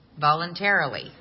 Voluntarily